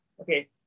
Okay